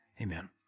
Amen